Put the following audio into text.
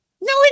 No